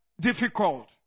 difficult